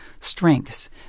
strengths